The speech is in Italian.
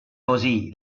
così